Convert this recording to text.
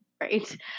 Right